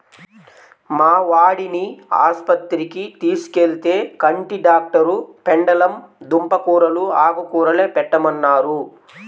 మా వాడిని ఆస్పత్రికి తీసుకెళ్తే, కంటి డాక్టరు పెండలం దుంప కూరలూ, ఆకుకూరలే పెట్టమన్నారు